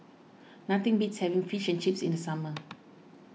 nothing beats having Fish and Chips in the summer